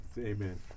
Amen